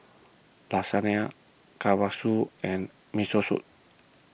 Lasagne Kalguksu and Miso Soup